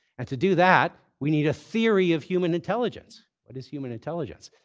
and to do that, we need a theory of human intelligence. what is human intelligence?